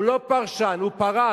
הוא לא פרשן, הוא פרש.